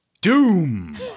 Doom